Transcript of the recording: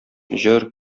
җыр